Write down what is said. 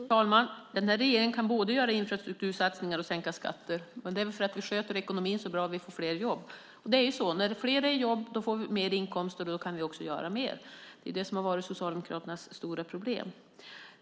Fru talman! Den här regeringen kan både göra infrastruktursatsningar och sänka skatter. Det är väl för att vi sköter ekonomin så bra och får fler jobb. När fler är i jobb får vi mer inkomster, och då kan vi också göra mer. Det är det som har varit Socialdemokraternas stora problem.